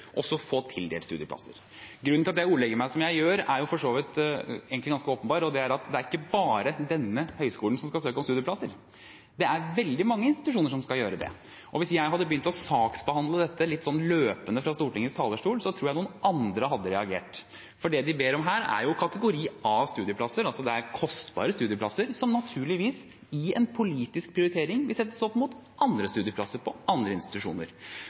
også skal få tildelt studieplasser. Grunnen til at jeg ordlegger meg som jeg gjør, er for så vidt egentlig ganske åpenbar, og det er at det er ikke bare denne høyskolen som skal søke om studieplasser. Det er veldig mange institusjoner som skal gjøre det. Hvis jeg hadde begynt å saksbehandle dette løpende fra Stortingets talerstol, tror jeg noen andre hadde reagert. For det de ber om her, er jo kategori A studieplasser – det er kostbare studieplasser – som naturligvis i en politisk prioritering vil settes opp mot andre studieplasser på andre institusjoner.